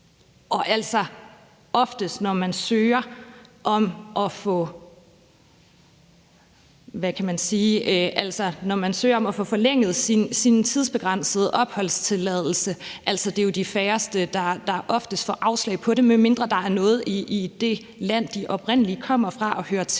Og altså, oftest når man søger om at få forlænget sin tidsbegrænsede opholdstilladelse, er det jo de færreste, der får afslag på det, medmindre der er noget i det land, de oprindelig kommer fra og hører til,